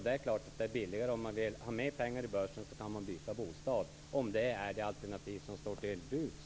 Vill man ha mer pengar i börsen skall man byta bostad - om det är det alternativ som står till buds.